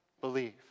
believe